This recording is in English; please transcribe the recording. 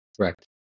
Correct